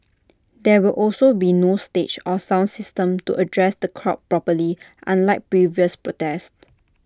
there will also be no stage or sound system to address the crowd properly unlike previous protests